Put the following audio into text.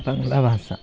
বাংলা ভাষা